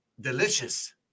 delicious